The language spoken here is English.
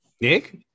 Nick